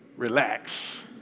Relax